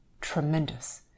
tremendous